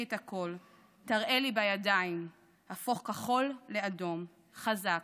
את הכול / תראה לי בידיים / הפוך כחול לאדום / חזק.